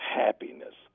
happiness